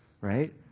right